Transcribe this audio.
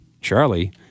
Charlie